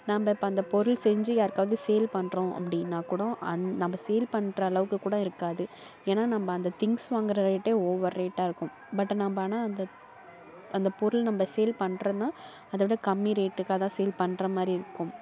நம்ப இப்போ அந்த பொருள் செஞ்சு யாருக்காவது சேல் பண்ணுறோம் அப்படின்னா கூடும் அந் நம்ப சேல் பண்ணுற அளவுக்கு கூட இருக்காது ஏன்னா நம்ப அந்த திங்ஸ் வாங்கற ரேட்டே ஓவர் ரேட்டாக இருக்கும் பட்டு நம்ப ஆனால் அந்த அந்த பொருள் நம்ப சேல் பண்ணுறதுனா அதோட கம்மி ரேட்டுக்காக தான் சேல் பண்ணுற மாதிரி இருக்கும்